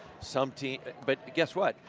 some teams but guess what?